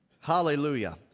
Hallelujah